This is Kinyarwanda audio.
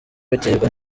biterwa